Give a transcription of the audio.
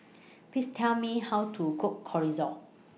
Please Tell Me How to Cook Chorizo